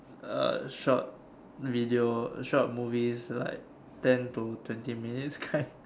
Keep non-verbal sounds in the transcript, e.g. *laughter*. err short video short movies like ten to twenty minutes kind *laughs*